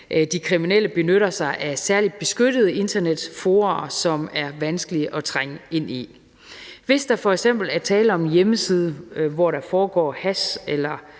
de kriminelle benytter sig af særlig beskyttede internetfora, som det er vanskeligt at trænge ind i. Der kan f.eks. være tale om en hjemmeside, hvorpå der foregår hash- eller